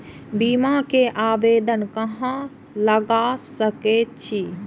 बीमा के आवेदन कहाँ लगा सके छी?